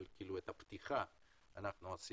אבל את הפתיחה אנחנו עשינו.